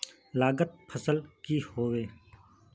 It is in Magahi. लागत फसल की होय?